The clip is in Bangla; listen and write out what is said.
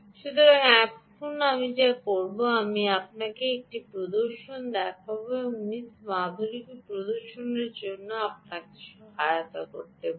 সুতরাং এখন আমি যা করব আমি আপনাকে একটি প্রদর্শন দেখাব এবং এই মিস মাধুরীকে প্রদর্শনের জন্য আমাকে সহায়তা করবে